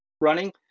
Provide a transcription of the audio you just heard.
running